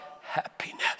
happiness